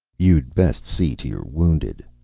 you'd best see to your wounded,